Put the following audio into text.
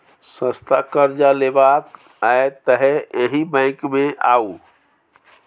सस्ता करजा लेबाक यै तए एहि बैंक मे आउ